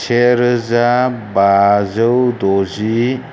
से रोजा बाजौ द'जि